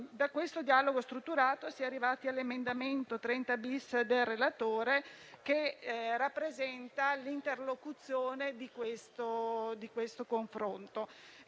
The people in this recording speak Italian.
Da questo dialogo strutturato si è arrivati all'emendamento 30.0.100 del relatore, che rappresenta il risultato di questo confronto,